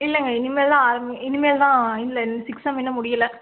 இல்லைங்க இனிமேல் தான் ஆரம்பி இனிமேல் தான் இல்லை இன்னும் சிக்ஸ் செம் இன்னும் முடியலை